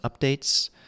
updates